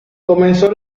comenzó